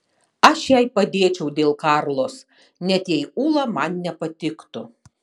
aš jai padėčiau dėl karlos net jei ula man nepatiktų